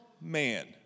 man